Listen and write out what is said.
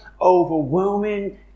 overwhelming